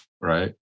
right